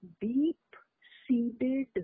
deep-seated